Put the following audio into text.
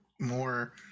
more